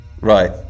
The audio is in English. right